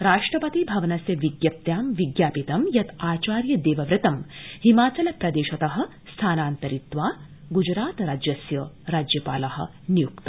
राष्ट्रपति भवनस्य विज्ञप्त्यां विज्ञापितं यत् आचार्य पेवव्रतं हिमाचल प्रोश त स्थानान्तरित्वा ग्जरातराज्यस्य राज्यपाल निय्क्त